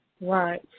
Right